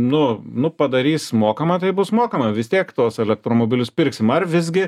nu nu padarys mokamą tai bus mokama vis tiek tos elektromobilius pirksim ar visgi